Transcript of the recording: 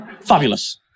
Fabulous